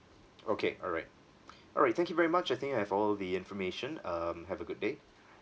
okay alright alright thank you very much I think I have all the information um have a good day